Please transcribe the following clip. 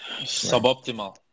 suboptimal